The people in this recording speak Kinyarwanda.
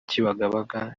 kibagabaga